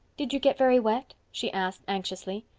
did you get very wet? she asked anxiously.